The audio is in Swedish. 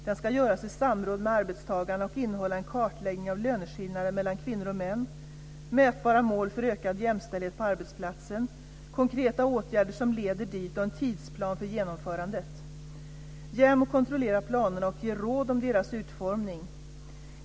Den ska göras i samråd med arbetstagarna och innehålla en kartläggning av löneskillnader mellan kvinnor och män, mätbara mål för ökad jämställdhet på arbetsplatsen, konkreta åtgärder som leder dit och en tidsplan för genomförandet. JämO kontrollerar planerna och ger råd om deras utformning.